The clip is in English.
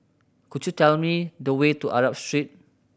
could you tell me the way to Arab Street